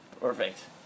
Perfect